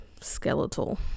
skeletal